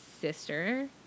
sister